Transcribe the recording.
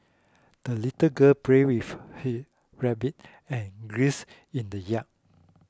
the little girl played with her rabbit and geese in the yard